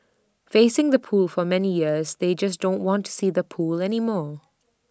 facing the pool for many years they just don't want to see the pool anymore